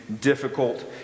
difficult